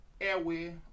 airway